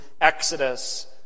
exodus